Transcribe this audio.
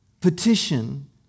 petition